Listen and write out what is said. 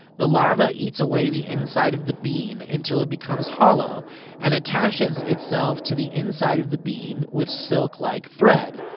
the larva eats away the inside of the bean until it becomes hollow and attaches itself to the inside of the bean with silk-like thread.